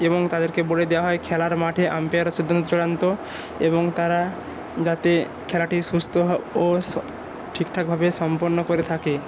এবং তাদেরকে বলে দেওয়া হয় খেলার মাঠে আম্পেয়ারের সিন্ধান্তই চূড়ান্ত এবং তারা যাতে খেলাটি সুস্থ ও ঠিকঠাকভাবে সম্পন্ন করে থাকে